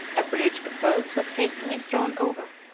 a bridge of boats was hastily thrown over,